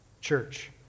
Church